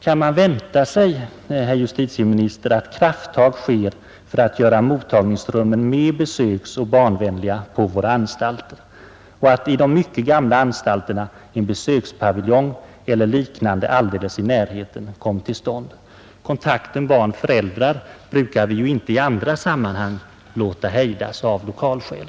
Kan man vänta sig, herr justitieminister, att krafttag sker för att göra mottagningsrummen mer besöksoch barn 11 vänliga på våra anstalter och att i de mycket gamla anstalterna en besökspaviljong eller liknande utrymmen alldeles i närheten kommer till stånd? Kontakten barn—föräldrar brukar ju inte i andra sammanhang låta sig hejdas av lokalskäl.